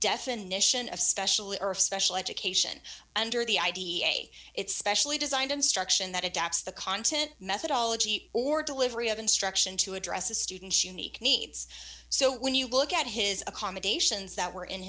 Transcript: definition of specially earth special education under the id a it's specially designed instruction that adopts the content methodology or delivery of instruction to address a student's unique needs so when you look at his accommodations that were in